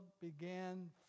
began